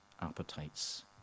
appetites